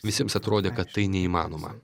visiems atrodė kad tai neįmanoma